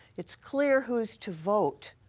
it's clear who is to vote,